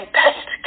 best